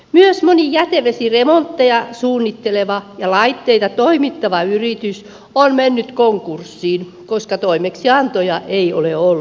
myös moni jätevesiremontteja suunnitteleva ja laitteita toimittava yritys on mennyt konkurssiin koska toimeksiantoja ei ole ollut